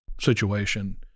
situation